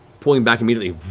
pulling back immediately.